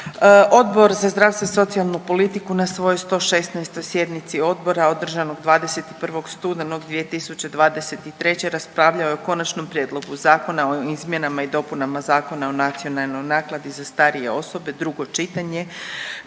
Odbor za zdravstvo i socijalnu politiku na svojoj 116. sjednici odbora održanog 21. studenog 2023. raspravljao je o Konačnom prijedlogu zakona o izmjenama i dopunama Zakona o nacionalnoj naknadi za starije osobe, drugo čitanje,